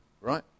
Right